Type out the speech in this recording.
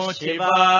shiva